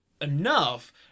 enough